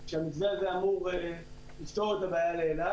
שהמתווה הזה אמור לפתור את הבעיה לאל על.